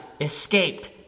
escaped